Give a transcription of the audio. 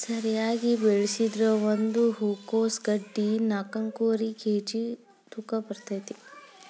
ಸರಿಯಾಗಿ ಬೆಳಸಿದ್ರ ಒಂದ ಹೂಕೋಸ್ ಗಡ್ಡಿ ನಾಕ್ನಾಕ್ಕುವರಿ ಕೇಜಿ ತೂಕ ಬರ್ತೈತಿ